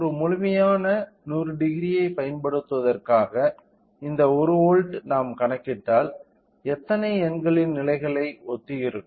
ஒரு முழுமையான 1000 ஐப் பயன்படுத்துவதற்காக இந்த 1 வோல்ட் நாம் கணக்கிட்டால் எத்தனை எண்களின் நிலைகளுக்கு ஒத்திருக்கும்